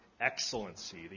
excellency